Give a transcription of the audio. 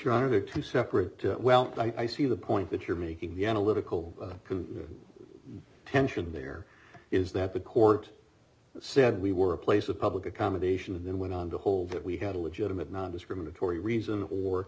honor to separate well i see the point that you're making the analytical tension there is that the court said we were a place of public accommodation and then went on to hold that we had a legitimate nondiscriminatory reason or